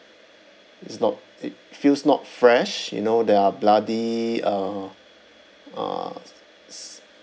it's not it feels not fresh you know there are bloody uh uh